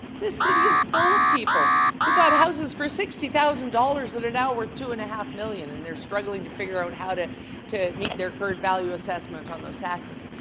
the city is full of people who bought houses for sixty thousand dollars that are not worth two and a half million and they're struggling to figure out how to to meet their current value assessment on those taxes.